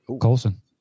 Colson